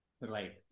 right